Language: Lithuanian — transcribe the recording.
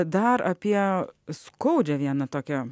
dar apie skaudžią vieną tokią